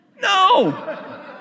No